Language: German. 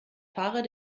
fahrer